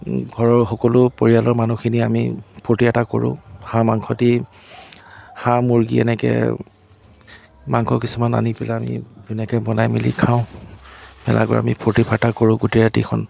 ঘৰৰ সকলো পৰিয়ালৰ মানুহখিনি আমি ফূৰ্তি এটা কৰোঁ হাঁহ মাংসদি হাঁহ মুৰ্গী এনেকৈ মাংস কিছুমান আনি পেলাই আমি ধুনীয়াকৈ বনাই মেলি খাওঁ ভেলাঘৰত আমি ফূৰ্তি ফাৰ্তা কৰোঁ গোটেই ৰাতিখন